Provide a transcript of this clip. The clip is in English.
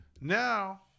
Now